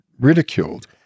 ridiculed